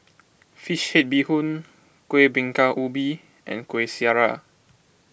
Fish Head Bee Hoon Kueh Bingka Ubi and Kueh Syara